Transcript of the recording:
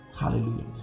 hallelujah